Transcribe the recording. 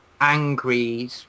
angry